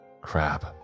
Crap